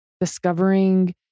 discovering